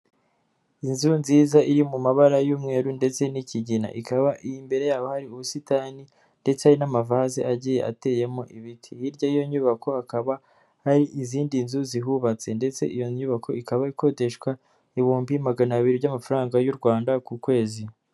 Inzu nziza iri mu mabara y'umweru ndetse n'ikigina ikaba imbere yayo hari ubusitani ndetse n'amavazi agiye ateyeti hirya y'iyo nyubako hakaba hari izindi nzu zihubatse ndetse iyo nyubako ikaba ikodeshwa ibihumbi magana abiri by'amafaranga y'u rwanda ku kwezi.